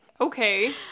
Okay